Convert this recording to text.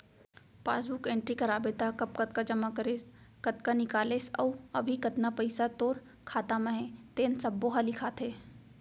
passbook entry कराबे त कब कतका जमा करेस, कतका निकालेस अउ अभी कतना पइसा तोर खाता म हे तेन सब्बो ह लिखाथे